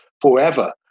forever